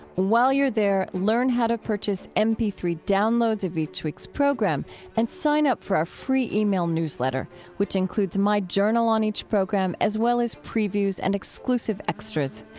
while you're there, learn how to purchase m p three downloads of each week's program and sign up for our free e-mail newsletter which includes my journal on each program as well as previews and exclusive extras.